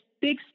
big